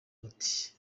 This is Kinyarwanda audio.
buti